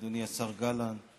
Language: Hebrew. אדוני השר גלנט,